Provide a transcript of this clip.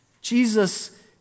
Jesus